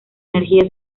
energía